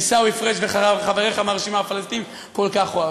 עיסאווי פריג' וחבריך הפלסטינים, כל כך אוהבים,